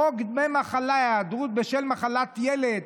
חוק דמי מחלה (היעדרות בשל מחלת ילד),